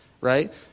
right